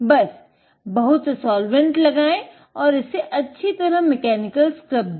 बस बहुत सा साल्वेंट दे